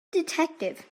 detective